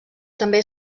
també